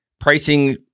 Pricing